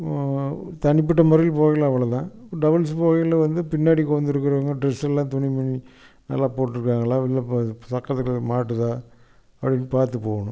தனிப்பட்ட முறையில் போகையில் அவ்வளோதான் டபுள்ஸ் போகையில வந்து பின்னாடி உக்காந்துருக்குறவங்க ட்ரெஸ் எல்லாம் துணிமணி நல்லா போட்டுருக்காங்களா உள்ளே சக்கரத்துக்குள்ளே மாட்டுதா அப்படீன்னு பார்த்து போகணும்